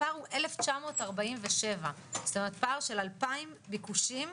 הפער עומד על 1,947. פער של 2,000 ביקושים,